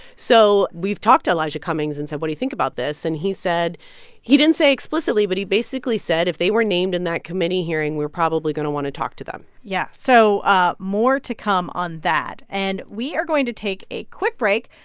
so we've talked to elijah cummings and said, what do you think about this? and he said he didn't say explicitly, but he basically said, if they were named in that committee hearing, we're probably going to want to talk to them yeah. so ah more to come on that. and we are going to take a quick break.